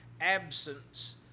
absence